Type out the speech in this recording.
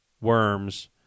worms